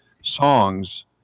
songs